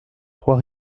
trois